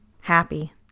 happy